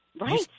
Right